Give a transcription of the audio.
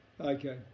okay